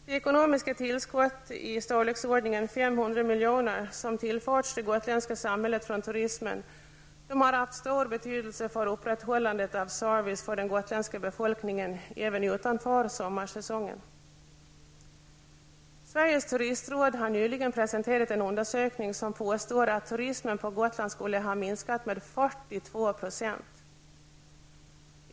Det ekonomiska tillskott på i storleksordningen 500 miljoner som tillförts det gotländska samhället från turismen har haft stor betydelse för upprätthållande av service för den gotländska befolkning även utanför sommarsäsongen. Sveriges turistråd har nyligen presenterat en undersökning där det påstås att turismen på Gotland skulle ha minskat med 42 %.